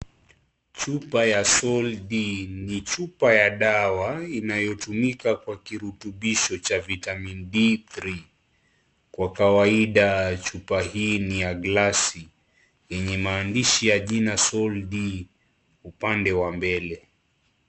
Chupa ya Soldi ni chupa ya dawa inayotumika kwa kirutubisho cha Vitamin D3, kwa kawaida chupa hii ni ya glasi yenye maandishi ya Soldi kwenye upande wa mbele.